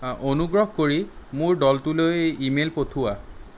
অনুগ্ৰহ কৰি মোৰ দলটোলৈ ই মেইল পঠিওৱা